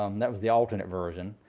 um that was the alternate version.